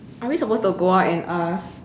are we supposed to go out and ask